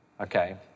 okay